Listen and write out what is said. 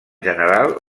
general